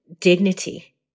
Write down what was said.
dignity